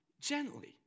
Gently